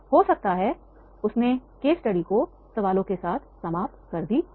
हो सकता है उसने केस स्टडी को सवालों के साथ समाप्त कर दी हो